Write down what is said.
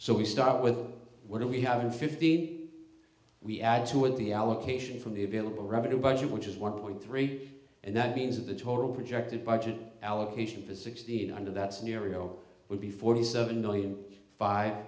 so we start with what do we have in fifteen we add to it the allocation from the available revenue budget which is one point three and that means of the total projected budget allocation for sixteen under that scenario would be forty seven million five